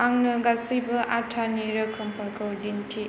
आंनो गासैबो आथानि रोखोमफोरखौ दिन्थि